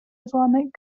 islamic